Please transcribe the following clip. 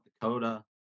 Dakota